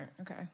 Okay